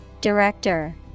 Director